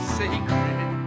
sacred